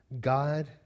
God